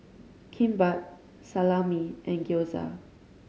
Kimbap Salami and Gyoza